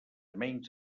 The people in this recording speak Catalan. menys